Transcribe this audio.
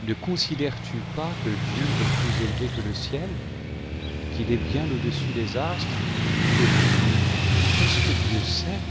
ne considères-tu pas que dieu est plus élevé que le ciel qu'il est bien audessus des astres et tu dis qu'est-ce que dieu sait